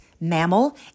mammal